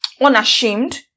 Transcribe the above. unashamed